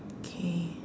K